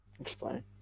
Explain